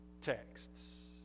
texts